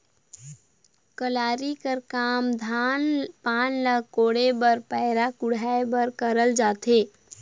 कलारी कर काम धान पान ल कोड़े बर पैरा कुढ़ाए बर करल जाथे